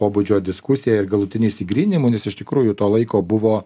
pobūdžio diskusija ir galutiniu išsigryninimu nes iš tikrųjų to laiko buvo